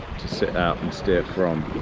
to sit out and steer from.